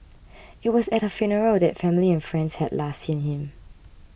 it was at her funeral that family and friends had last seen him